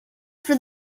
for